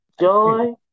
Joy